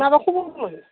माबा खबरमोन